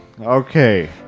Okay